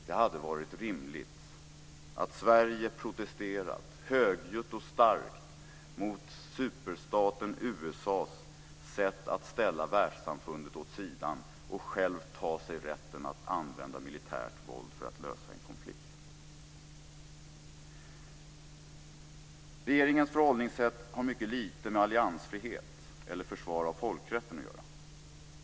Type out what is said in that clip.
Det hade varit rimligt att Sverige protesterade högljutt och starkt mot superstaten USA:s sätt att ställa världssamfundet åt sidan och själv ta sig rätten att använda militärt våld för att lösa en konflikt. Regeringens förhållningssätt har mycket lite med alliansfrihet eller försvar av folkrätten att göra.